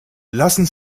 lassen